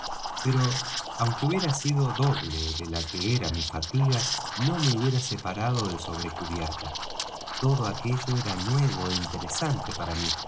pero aunque hubiera sido doble de la que era mi fatiga no me hubiera separado de sobre cubierta todo aquello era nuevo é interesante para mí